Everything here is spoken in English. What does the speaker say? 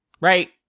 right